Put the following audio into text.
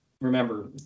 remember